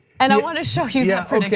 and i wanna show you that prediction.